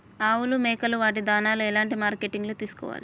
ఆవులు మేకలు వాటి దాణాలు ఎలాంటి మార్కెటింగ్ లో తీసుకోవాలి?